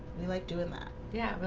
we like doing that. yeah,